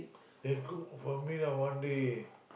then cook for me lah one day